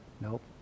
Nope